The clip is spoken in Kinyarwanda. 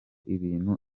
ibintu